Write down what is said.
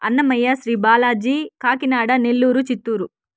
Annamayya Shri Balaji Kakinada Nellore Chittoor